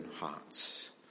hearts